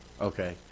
okay